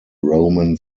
roman